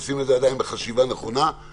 ואנחנו עדיין עושים את זה בחשיבה נכונה ובדיונים.